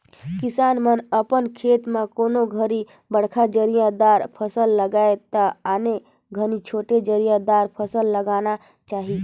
किसान मन ह अपन खेत म कोनों घरी बड़खा जरिया दार फसल लगाये त आने घरी छोटे जरिया दार फसल लगाना चाही